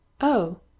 Oh